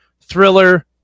Thriller